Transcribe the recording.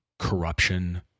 corruption